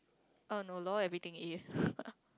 er no lor everything A